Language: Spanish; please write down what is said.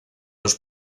los